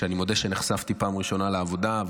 ואני מודה שנחשפתי פעם ראשונה לעבודה.